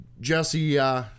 Jesse